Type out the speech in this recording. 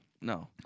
no